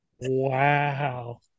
wow